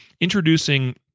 introducing